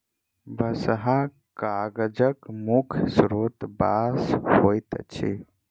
बँसहा कागजक मुख्य स्रोत बाँस होइत अछि